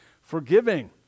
forgiving